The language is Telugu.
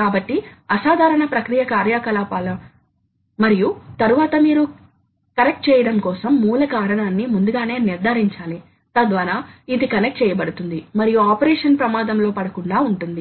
ఒక ప్రోగ్రామింగ్ పరామితి కోసం ఆపరేటర్ లేదా ఎవరైనా ఇంజనీర్ క్రొత్త ప్రోగ్రాంను అభివృద్ధి చేయాలనుకుంటే అది ఎంత వరకు సులభం మరియు నా ఉద్దేశ్యం